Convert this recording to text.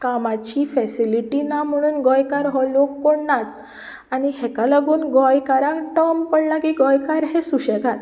कामाची फॅसिलिटी ना म्हणून गोंयकार हो लोक कोण नात आनी हेका लागून गोंयकारांक टर्म पडला की गोंयकार हे सुशेगाद